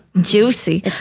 Juicy